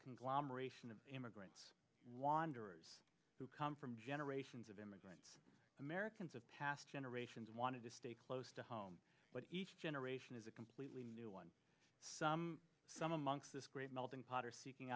conglomeration of immigrants wanderers who come from generations of immigrants americans of past generations wanted to stay close to home but each generation is a completely new one some some amongst this great melting pot are seeking